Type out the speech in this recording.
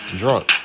drunk